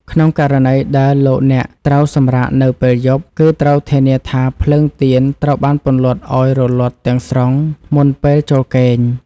ក្នុងករណីដែលលោកអ្នកត្រូវសម្រាកនៅពេលយប់ គឺត្រូវធានាថាភ្លើងទៀនត្រូវបានពន្លត់ឱ្យរលត់ទាំងស្រុងមុនពេលចូលគេង។